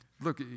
look